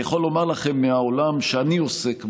אני יכול לומר לכם מהעולם שאני עוסק בו,